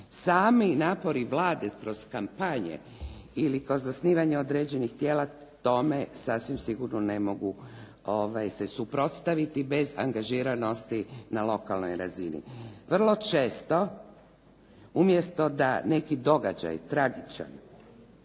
Sami napori Vlade kroz kampanje ili kroz osnivanje određenih tijela tome sasvim sigurno se ne mogu suprotstaviti bez angažiranosti na lokalnoj razini. Vrlo često umjesto da neki događaj tragičan,